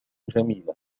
جميلة